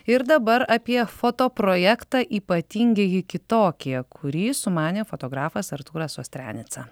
ir dabar apie foto projektą ypatingieji kitokie kurį sumanė fotografas artūras ostrianica